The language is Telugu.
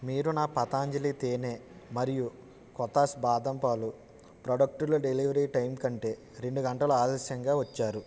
మీరు నా పతంజలి తేనె మరియు కొతాస్ బాదం పాలు ప్రాడక్టుల డెలివరీ టైంకంటే రెండు గంటలు ఆలస్యంగా వచ్చారు